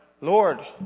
Lord